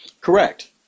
Correct